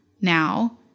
now